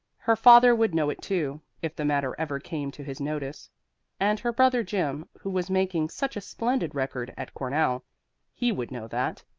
her father would know it too, if the matter ever came to his notice and her brother jim, who was making such a splendid record at cornell he would know that,